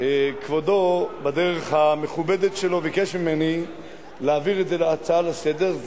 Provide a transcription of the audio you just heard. כבודו בדרך המכובדת שלו ביקש ממני להעביר את זה להצעה לסדר-היום.